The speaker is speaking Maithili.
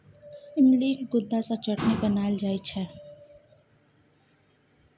इमलीक गुद्दा सँ चटनी बनाएल जाइ छै